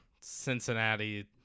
cincinnati